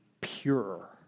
pure